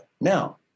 Now